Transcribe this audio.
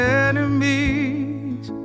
enemies